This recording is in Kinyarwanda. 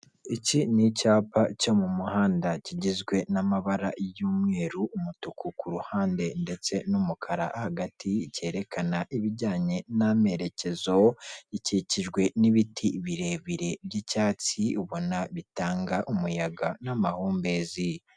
Iki ni icyapa cyo mu muhanda kigizwe n'amabara y'umweru, umutuku ku ruhande ndetse n'umukara hagati cyerekana ibijyanye n'amerekezo, ikikijwe n'ibiti birebire by'icyatsi ubona bitanga umuyaga n'amahumbezi.